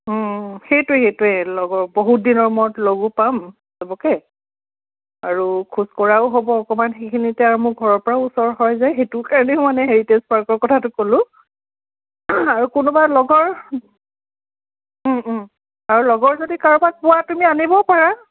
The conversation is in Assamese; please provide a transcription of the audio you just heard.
অঁ সেইটোৱেই সেইটোৱেই লগৰ বহুত দিনৰ মূৰত লগো পাম সবকে আৰু খোজ কঢ়াও হ'ব অকণমান সেইখিনিত আৰু মোৰ ঘৰৰ পৰাও ওচৰ হয় যে সেইটো কাৰণে মানে হেৰিটেজ পাৰ্কৰ কথাটো ক'লোঁ আৰু কোনোবা লগৰ আৰু লগৰ যদি কাৰোবাক পোৱা তুমি আনিব পাৰা